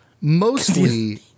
Mostly